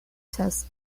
tests